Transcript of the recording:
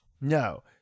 No